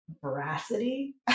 veracity